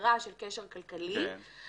ההגדרה של קשר כלכלי ולכן,